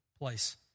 place